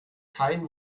kein